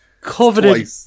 coveted